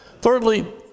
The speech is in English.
Thirdly